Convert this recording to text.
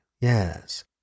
Yes